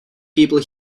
people